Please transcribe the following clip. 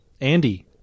Andy